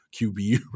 QB